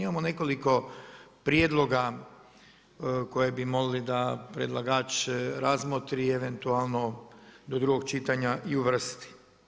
Imamo nekoliko prijedloga koji bi mogli da predlagač razmotri i eventualno do drugog čitanja i uvrsti.